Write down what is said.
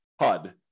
HUD